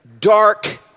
dark